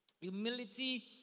Humility